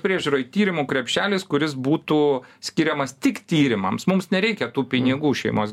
priežiūroj tyrimų krepšelis kuris būtų skiriamas tik tyrimams mums nereikia tų pinigų šeimos